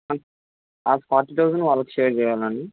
forty thousand వాళ్ళకి share చేయాలా అండి